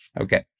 Okay